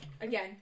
again